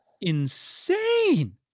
insane